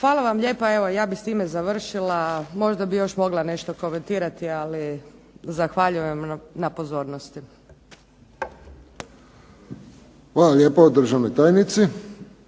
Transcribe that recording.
Hvala vam lijepa. Ja bih s time završila. Možda bih još mogla nešto komentirati, ali zahvaljujem na pozornosti. **Friščić, Josip